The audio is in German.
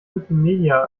wikimedia